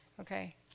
okay